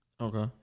Okay